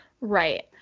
Right